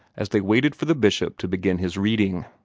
as they waited for the bishop to begin his reading.